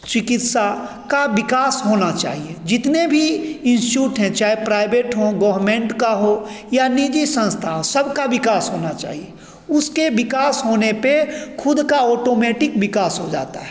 चिकित्सा का विकास होना चाहिए जितने भी इन्स्टीट्यूट हैं चाहे प्राइवेट हों गवर्नमेन्ट का हो या निजी संस्था हो सबका विकास होना चाहिए उसके विकास होने पर खुद का ऑटोमेटिक विकास हो जाता है